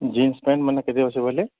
jeans pant ମାନେ କେତେ ଅଛି ବୋଇଲେ